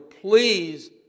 please